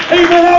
amen